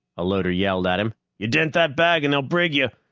a loader yelled at him. you dent that bag and they'll brig you.